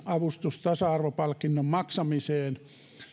avustus tasa arvopalkinnon maksamiseen